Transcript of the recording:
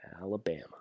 Alabama